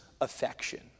affection